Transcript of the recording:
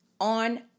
on